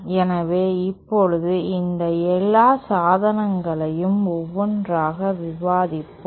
எனவே இப்போது இந்த எல்லா சாதனங்களையும் ஒவ்வொன்றாக விவாதிப்போம்